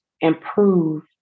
improve